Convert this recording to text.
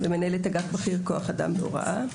מנהלת אגף בכיר כוח אדם בהוראה.